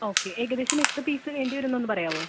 okay ഏകദേശം എത്ര piece വേണ്ടി വരും എന്നൊന്ന് പറയാവോ